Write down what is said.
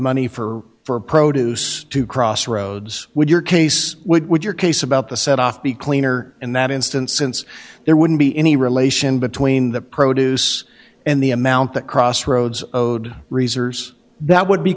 money for for produce to crossroads with your case what would your case about the set off be cleaner in that instance since there wouldn't be any relation between the produce and the amount that crossroads oh do reserves that would